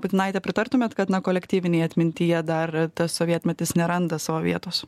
putinaite pritartumėt kad na kolektyvinėj atmintyje dar tas sovietmetis neranda savo vietos